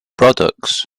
products